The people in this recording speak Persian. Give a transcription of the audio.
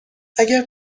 اگر